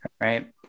right